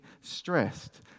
stressed